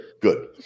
Good